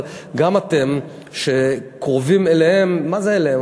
גם אתם שקרובים אליהם, מה זה אליהם?